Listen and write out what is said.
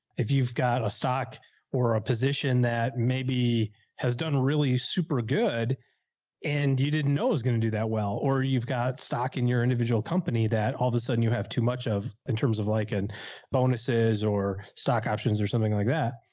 if you've got a stock or a position that maybe has done really super good and you didn't know it was going to do that well, or you've got stock in your individual company that all of a sudden you have too much of in terms of like and bonuses or stock options or something like that.